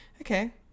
Okay